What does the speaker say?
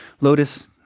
lotus